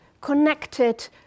connected